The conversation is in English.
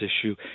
issue